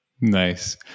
Nice